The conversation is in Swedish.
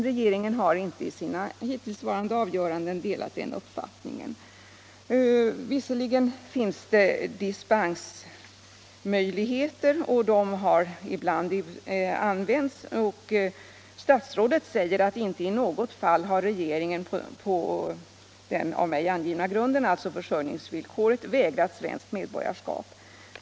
Men i sina hittillsvarande avgöranden har regeringen inte delat den uppfattningen även om de dispensmöjligheter som finns ibland har använts. Statsrådet säger att inte i något fall har regeringen på den av mig angivna grunden -— alltså försörjningsvillkoret — vägrat någon svenskt medborgarskap.